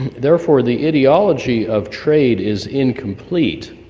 therefore, the ideology of trade is incomplete.